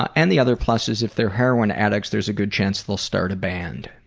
and the other plus is if they're heroin addicts, there's a good chance they'll start a band.